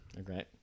Okay